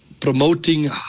promoting